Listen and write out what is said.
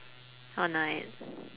or night